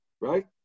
right